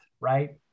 right